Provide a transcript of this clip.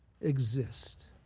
exist